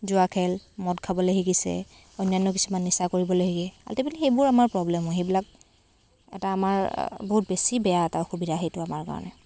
জুৱা খেল মদ খাবলৈ শিকিছে অন্যান্য কিছুমান নিচা কৰিবলৈ শিকে আল্টিমেটলি সেইবোৰ আমাৰ প্ৰব্লেম হয় সেইবিলাক এটা আমাৰ বহুত বেছি বেয়া এটা অসুবিধা সেইটো আমাৰ কাৰণে